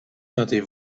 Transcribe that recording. sentez